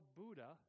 buddha